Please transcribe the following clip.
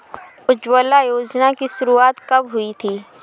उज्ज्वला योजना की शुरुआत कब हुई थी?